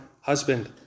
husband